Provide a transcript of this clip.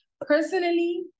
Personally